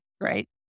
right